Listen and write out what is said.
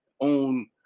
own